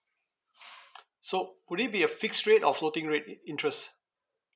so would it be a fixed rate or floating rate in~ interest